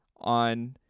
on